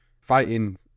fighting